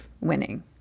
winning